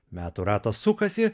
metų ratas sukasi